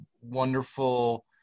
wonderful